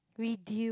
reduce